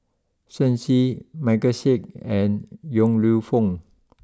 Shen Xi Michael Seet and Yong Lew Foong